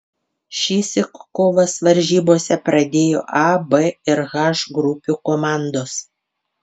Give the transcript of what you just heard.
šįsyk kovas varžybose pradėjo a b ir h grupių komandos